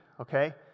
okay